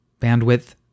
bandwidth